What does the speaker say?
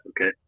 okay